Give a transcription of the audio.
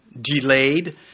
delayed